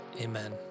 amen